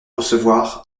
recevoir